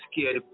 scared